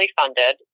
funded